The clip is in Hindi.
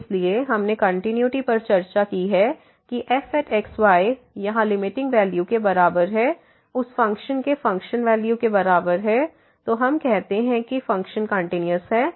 इसलिए हमने कंटिन्यूटी पर चर्चा की है कि fx y यहां लिमिटिंग वैल्यू के बराबर है उस फ़ंक्शन के फंक्शन वैल्यू के बराबर है तो हम कहते हैं कि फ़ंक्शन कंटिन्यूस है